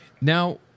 Now